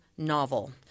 Novel